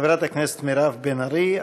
חברת הכנסת מירב בן ארי.